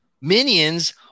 minions